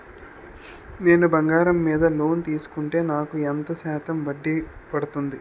నేను బంగారం మీద లోన్ తీసుకుంటే నాకు ఎంత శాతం వడ్డీ పడుతుంది?